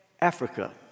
Africa